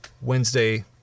Wednesday